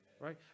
right